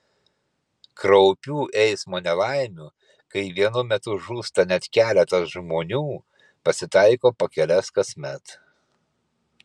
kraupių eismo nelaimių kai vienu metu žūsta net keletas žmonių pasitaiko po kelias kasmet